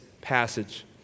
passage